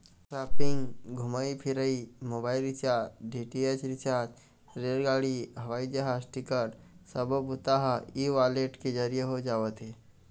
shopping, घूमई फिरई, mobile recharge, DTH recharge, रेलगाड़ी, हवई जहाज टिकट सब्बो बूता ह ई वॉलेट के जरिए हो जावत हे